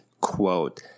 quote